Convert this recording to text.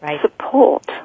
support